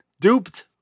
Duped